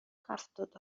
هفتاد